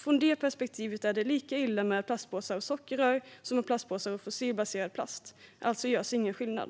Ur det perspektivet är det lika illa med plastpåsar av sockerrör som med plastpåsar av fossilbaserad plast. Alltså görs ingen skillnad.